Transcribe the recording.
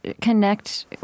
connect